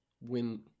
win